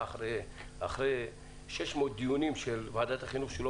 אחרי 600 דיונים של ועדת החינוך שהוא לא